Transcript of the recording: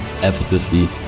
effortlessly